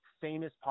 famous